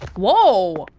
whoa